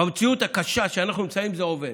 במציאות הקשה שאנחנו נמצאים בה זה עובד.